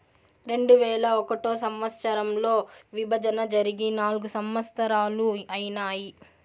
రెండువేల ఒకటో సంవచ్చరంలో విభజన జరిగి నాల్గు సంవత్సరాలు ఐనాయి